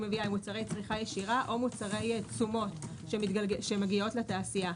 מביאה הם מוצרי צריכה ישירה או מוצרי תשומות שמגיעות לתעשייה.